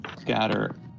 scatter